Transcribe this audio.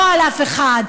לא על אף אחד,